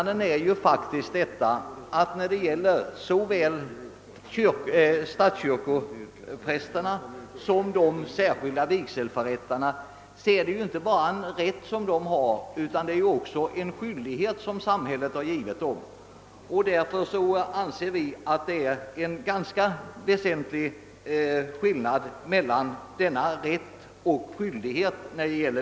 Det är här inte bara fråga om den rätt som statskyrkoprästerna och de särskilda vigselförrättarna har, utan det gäller också den skyldighet som samhället har ålagt dem. Därför anser vi att det är en ganska väsentlig skillnad mellan rätten till vigsel och skyldigheten därtill.